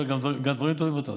גם דברים טובים אתה עושה.